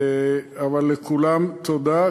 אבל לכולם תודה,